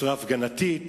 בצורה הפגנתית.